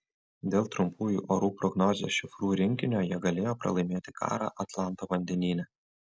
dėl trumpųjų orų prognozės šifrų rinkinio jie galėjo pralaimėti karą atlanto vandenyne